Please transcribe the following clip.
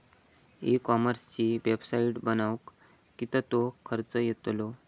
E कॉमर्सची website बनवक किततो खर्च येतलो?